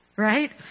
right